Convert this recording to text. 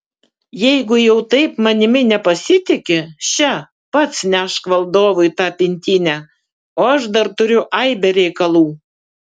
jeigu jau taip manimi nepasitiki še pats nešk valdovui tą pintinę o aš dar turiu aibę reikalų